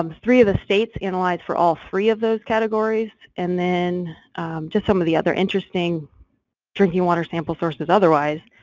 um three of the states analyzed for all three of those categories, and then just some of the other interesting drinking water sample sources, otherwise,